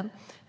- har börjat gälla nu.